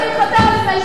למה להשתיק?